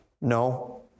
No